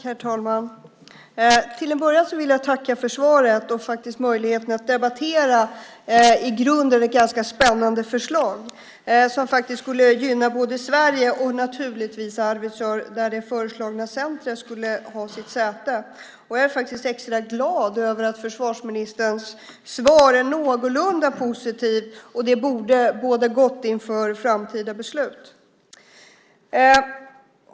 Herr talman! Till att börja med vill jag tacka för svaret och möjligheten att debattera ett i grunden ganska spännande förslag. Som sagt skulle det gynna både Sverige och naturligtvis Arvidsjaur, där det föreslagna centrumet skulle ha sitt säte. Jag är extra glad över att försvarsministerns svar är någorlunda positivt. Det borde båda gott inför framtida beslut.